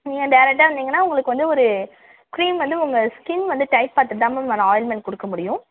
நீங்கள் டைரெக்டா வந்திங்கன்னா உங்களுக்கு வந்து ஒரு கிரீம் வந்து உங்கள் ஸ்கின் வந்து டைப் பார்த்துட்டு தான் மேம் அந்த ஆயில்மெண்ட் கொடுக்க முடியும்